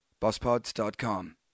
BossPods.com